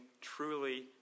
truly